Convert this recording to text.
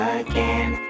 again